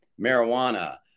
marijuana